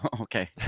Okay